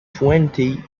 twenty